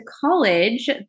college